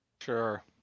Sure